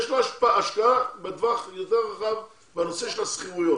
יש לו השקעה בטווח יותר רחב בנושא השכירויות,